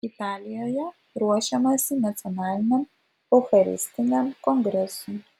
italijoje ruošiamasi nacionaliniam eucharistiniam kongresui